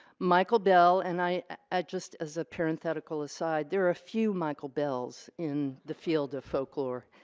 michael bell and i, i just as a parenthetical aside, there are few michael bell's in the field of folklore.